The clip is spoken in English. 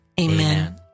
Amen